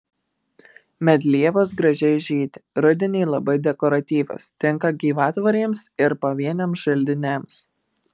medlievos gražiai žydi rudenį labai dekoratyvios tinka gyvatvorėms ir pavieniams želdiniams